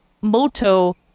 moto